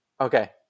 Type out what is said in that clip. okay